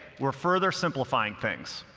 we're further simplifying things,